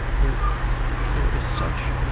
there there is such